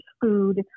food